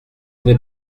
n’est